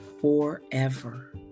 forever